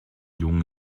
jungen